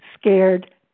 scared